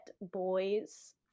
boys